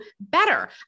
better